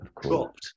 dropped